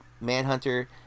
Manhunter